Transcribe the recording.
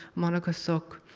monica sok.